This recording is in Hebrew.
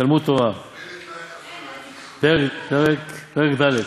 תלמוד תורה פרק ד'.